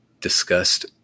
discussed